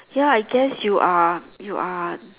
ya I guess you are you are